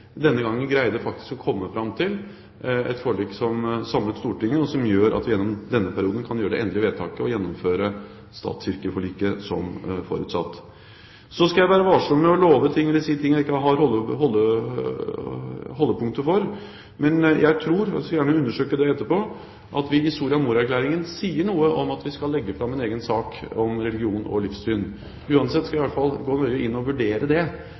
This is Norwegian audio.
faktisk greide å komme fram til et forlik som samlet Stortinget, og som gjør at vi i løpet av denne perioden kan gjøre det endelige vedtaket og gjennomføre statskirkeforliket som forutsatt. Så skal jeg være varsom med å love ting, eller si ting, jeg ikke har holdepunkter for, men jeg tror – jeg kan gjerne undersøke det etterpå – at vi i Soria Moria-erklæringen sier noe om at vi skal legge fram en egen sak om religion og livssyn. Uansett skal jeg i hvert fall gå inn og nøye vurdere det,